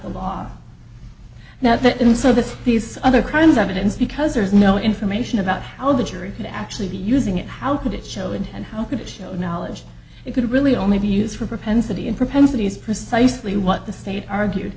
the law now that in so that these other kinds of events because there's no information about how the jury can actually be using it how could it show it and how could it show knowledge it could really only be used for propensity in propensity is precisely what the state argued